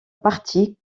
parti